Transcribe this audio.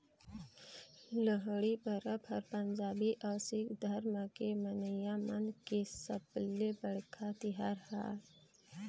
लोहड़ी परब ह पंजाबी अउ सिक्ख धरम के मनइया मन के सबले बड़का तिहार आय